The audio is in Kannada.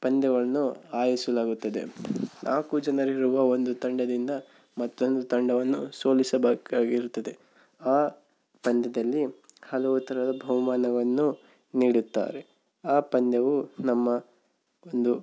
ಪಂದ್ಯವನ್ನು ಆಯೋಜಿಸಲಾಗುತ್ತದೆ ನಾಲ್ಕು ಜನರಿರುವ ಒಂದು ತಂಡದಿಂದ ಮತ್ತೊಂದು ತಂಡವನ್ನು ಸೋಲಿಸಬೇಕಾಗಿರುತ್ತದೆ ಆ ತಂಡದಲ್ಲಿ ಹಲವು ಥರದ ಬಹುಮಾನವನ್ನು ನೀಡುತ್ತಾರೆ ಆ ಪಂದ್ಯವು ನಮ್ಮ ಒಂದು